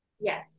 Yes